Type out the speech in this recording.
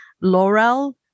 Laurel